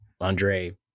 Andre